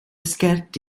sgert